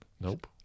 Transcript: Nope